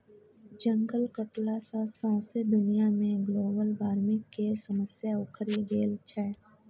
जंगल कटला सँ सौंसे दुनिया मे ग्लोबल बार्मिंग केर समस्या उखरि गेल छै